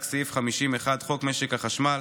רק סעיף 50(1) חוק משק החשמל,